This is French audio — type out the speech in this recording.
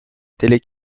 télé